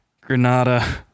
Granada